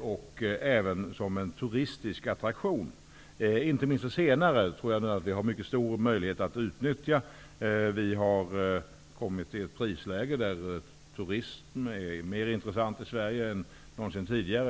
och även som en turistisk attraktion. Inte minst det senare tror jag att vi har mycket stor möjlighet att utnyttja. Vi har kommit i ett prisläge där turism är mer intressant i Sverige än någonsin tidigare.